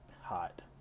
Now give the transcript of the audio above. hot